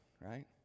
right